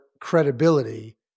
credibility